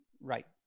Right